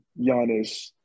Giannis